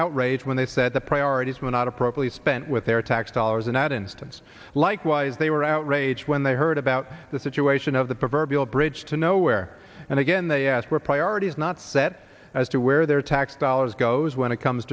outraged when they said the priorities were not appropriate spent with their tax dollars in that instance likewise they were outraged when they heard about the situation of the proverbial bridge to nowhere and again they ask where priorities not set as to where their tax dollars goes when it comes